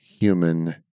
Human